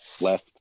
left